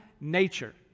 nature